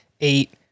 eight